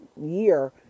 year